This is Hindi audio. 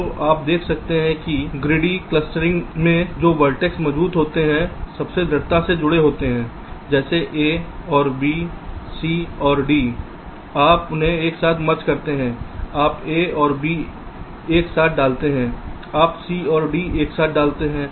तो आप देख सकते हैं कि एक लालची क्लस्टरिंग मैं जो वर्टेक्स मजबूत होते हैं सबसे दृढ़ता से जुड़े होते हैं जैसे a और b c और d आप उन्हें एक साथ मर्ज करते हैं आप a और b एक साथ डालते हैं आप c और d एक साथ डालते हैं